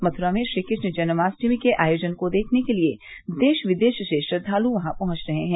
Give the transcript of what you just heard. मथुरा में श्रीकृष्ण जन्माष्टमी के आयोजन को देखने के लिए देश विदेश से श्रद्वालु वहां पहुंच रहे हैं